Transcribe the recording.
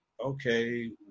okay